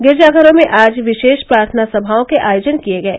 गिरजा घरों में आज विशेष प्रार्थना सभाओं के आयोजन किये गये